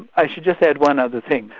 i should just add one other thing,